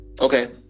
Okay